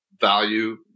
value